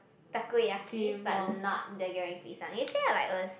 takoyakis but not the Goreng-Pisang yesterday I like was